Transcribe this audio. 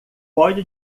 pode